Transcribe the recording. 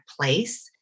place